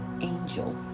Angel